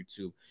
youtube